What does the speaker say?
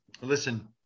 Listen